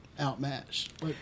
outmatched